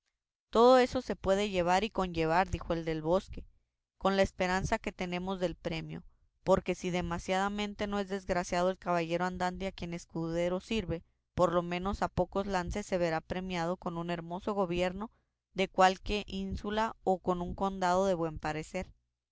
todo eso se puede llevar y conllevar dijo el del bosque con la esperanza que tenemos del premio porque si demasiadamente no es desgraciado el caballero andante a quien un escudero sirve por lo menos a pocos lances se verá premiado con un hermoso gobierno de cualque ínsula o con un condado de buen parecer